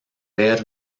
ver